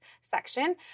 section